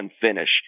finish